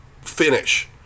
finish